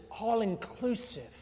all-inclusive